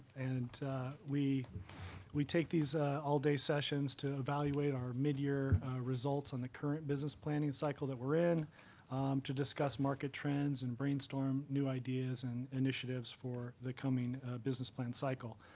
and we we take these all-day sessions to evaluate our midyear results on the current business planning cycle that we're in to discuss market trends and brainstorm new ideas and initiatives for the coming business plan cycle.